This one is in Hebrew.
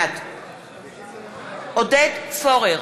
בעד עודד פורר,